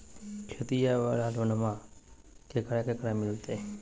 खेतिया वाला लोनमा केकरा केकरा मिलते?